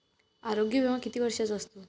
आरोग्य विमा किती वर्षांचा असतो?